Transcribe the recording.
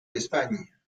d’espagne